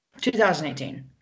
2018